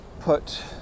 put